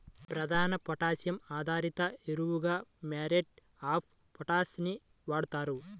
ప్రధాన పొటాషియం ఆధారిత ఎరువుగా మ్యూరేట్ ఆఫ్ పొటాష్ ని వాడుతారు